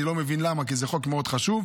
אני לא מבין למה כי זה חוק מאוד חשוב.